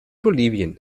bolivien